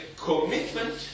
commitment